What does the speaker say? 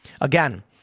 Again